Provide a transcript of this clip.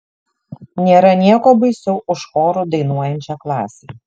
nėra nieko baisiau už choru dainuojančią klasę